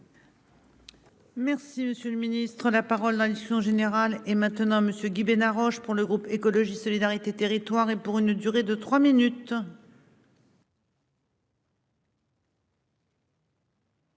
Merci, monsieur le Ministre, la parole, la discussion générale et maintenant monsieur Guy Bénard Roche pour l'Europe Écologie Solidarité territoire et pour une durée de 3 minutes.